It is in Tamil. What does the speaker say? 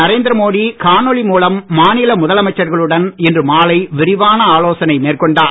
நரேந்திர மோடி காணொளி மூலம் மாநில முதலமைச்சர்களுடன் இன்று மாலை விரிவான ஆலோசனை மேற்கொண்டார்